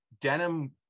denim